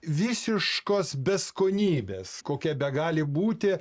visiškos beskonybės kokia begali būti